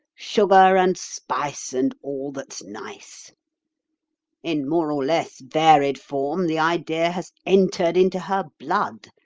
sugar and spice and all that's nice in more or less varied form the idea has entered into her blood,